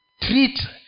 treat